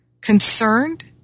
concerned